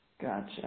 Gotcha